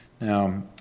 Now